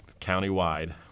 countywide